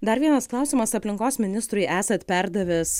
dar vienas klausimas aplinkos ministrui esat perdavęs